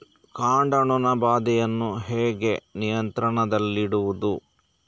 ಕಾಂಡ ನೊಣ ಬಾಧೆಯನ್ನು ಹೇಗೆ ನಿಯಂತ್ರಣದಲ್ಲಿಡುವುದು?